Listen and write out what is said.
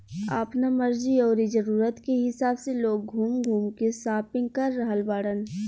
आपना मर्जी अउरी जरुरत के हिसाब से लोग घूम घूम के शापिंग कर रहल बाड़न